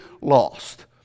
lost